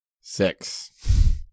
Six